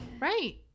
Right